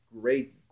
great